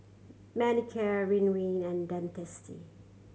Manicare Ridwind and Dentiste